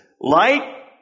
Light